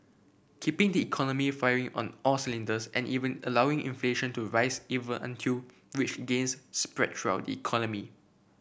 keeping the economy firing on all cylinders and even allowing inflation to rise even until wage gains spread throughout economy